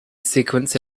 sequence